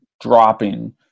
dropping